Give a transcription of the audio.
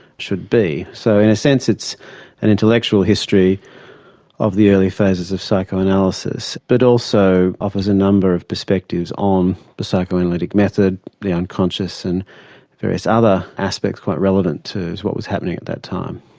should be. so in a sense it's an intellectual history of the early phases of psychoanalysis but also offers a number of perspectives on the psychoanalytic method, the unconscious and various other aspects quite relevant to what was happening at that time.